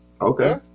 Okay